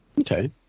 Okay